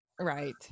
Right